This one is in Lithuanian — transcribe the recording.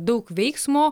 daug veiksmo